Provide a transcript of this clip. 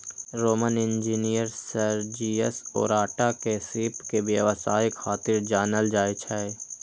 Roman engineer Sergius Orata के सीप के व्यवसाय खातिर जानल जाइ छै